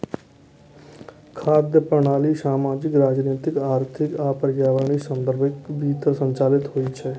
खाद्य प्रणाली सामाजिक, राजनीतिक, आर्थिक आ पर्यावरणीय संदर्भक भीतर संचालित होइ छै